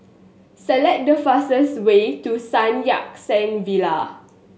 select the fastest way to Sun Yat Sen Villa